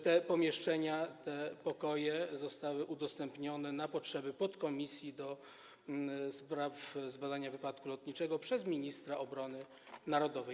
Te pomieszczenia, te pokoje zostały udostępnione na potrzeby podkomisji do spraw zbadania wypadku lotniczego przez ministra obrony narodowej.